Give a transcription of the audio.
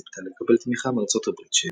וציפתה לקבל תמיכה מארצות הברית,